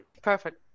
Perfect